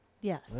Yes